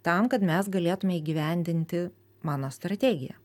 tam kad mes galėtume įgyvendinti mano strategiją